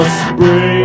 spring